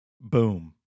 Boom